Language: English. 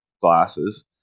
glasses